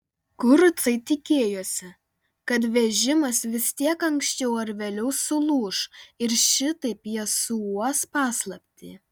kurucai tikėjosi kad vežimas vis tiek anksčiau ar vėliau sulūš ir šitaip jie suuos paslaptį